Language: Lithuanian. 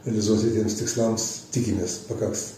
realizuoti tiems tikslams tikimės pakaks